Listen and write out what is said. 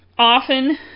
Often